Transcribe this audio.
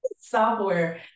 software